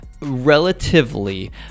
Relatively